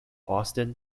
austen